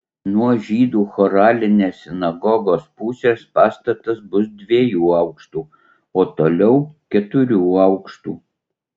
nuo žydų choralinės sinagogos pusės pastatas bus dviejų aukštų o toliau keturių aukštų